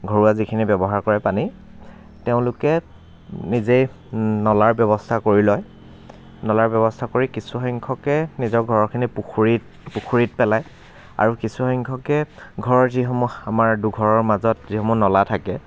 ঘৰুৱা যিখিনি ব্যৱহাৰ কৰে পানী তেওঁলোকে নিজেই নলাৰ ব্যৱস্থা কৰি লয় নলাৰ ব্যৱস্থা কৰি কিছুসংখ্যকে নিজৰ ঘৰৰখিনি পুখুৰীত পুখুৰীত পেলাই আৰু কিছু সংখ্যকে ঘৰৰ যিসমূহ আমাৰ দুঘৰৰ মাজত যিসমূহ নলা থাকে